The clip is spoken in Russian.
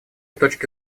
точки